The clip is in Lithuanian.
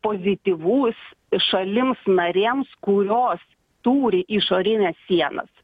pozityvus šalims narėms kurios turi išorines sienas